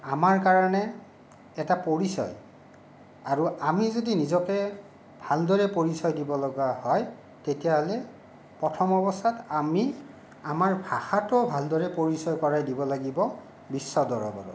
আমাৰ কাৰণে এটা পৰিচয় আৰু আমি যদি নিজকে ভালদৰে পৰিচয় দিবলগীয়া হয় তেতিয়াহ'লে প্ৰথম অৱস্থাত আমি আমাৰ ভাষাটো ভালদৰে পৰিচয় কৰাই দিব লাগিব বিশ্ব দৰবাৰত